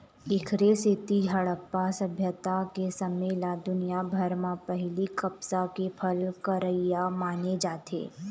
एखरे सेती हड़प्पा सभ्यता के समे ल दुनिया भर म पहिली कपसा के फसल करइया माने जाथे